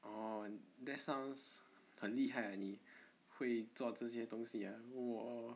oh that sounds 很厉害 uh 你会做这些东西 uh !wow!